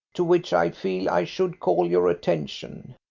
to which i feel i should call your attention.